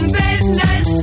business